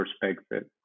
perspective